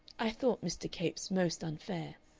i thought mr. capes most unfair,